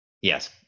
Yes